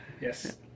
Yes